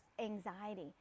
anxiety